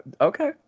Okay